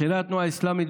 בכירי התנועה האסלאמית,